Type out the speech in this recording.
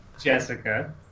jessica